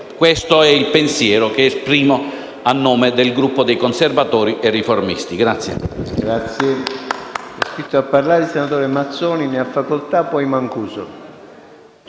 Questo è il pensiero che esprimo a nome del Gruppo Conservatori e Riformisti.